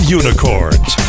unicorns